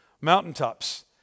mountaintops